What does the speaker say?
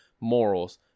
morals